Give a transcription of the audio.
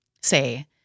say